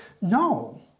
no